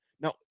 Now